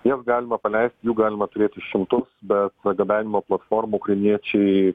jas galima paleist jų galima turėti šimtus bet gabenimo platformų ukrainiečiai